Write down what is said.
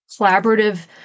collaborative